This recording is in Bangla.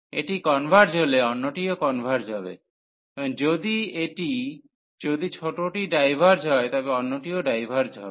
এটি কনভার্জ হলে অন্যটিও কনভার্জ হবে এবং যদি এটি যদি ছোটটি ডাইভার্জ হয় তবে অন্যটিও ডাইভার্জ হবে